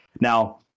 now